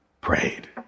prayed